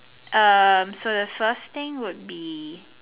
um so the first thing would be